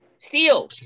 Steel